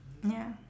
ya